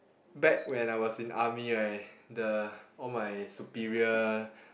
back when I was in army right the all my superior